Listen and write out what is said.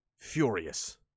furious